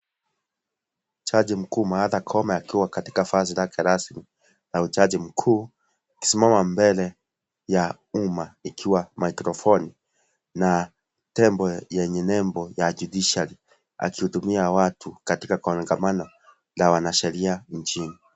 Jaji mkuu Martha koome akiwa katika vazi lake rasmi la ujaji mkuu, akisimama mbele ya uma ikiwa mikrofoni na tembo yenye nembo ya judiciary akihudumia watu katika kongamano la wanasheria nchini.